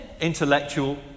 Intellectual